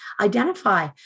identify